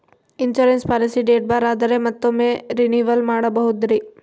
Insurance policy date ಬಾರ್ ಆದರೆ ಮತ್ತೊಮ್ಮೆ ರಿನಿವಲ್ ಮಾಡಬಹುದ್ರಿ?